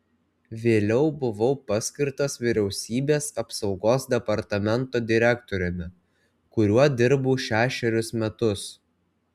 vėliau buvau paskirtas vyriausybės apsaugos departamento direktoriumi kuriuo dirbau šešerius metus